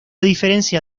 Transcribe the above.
diferencia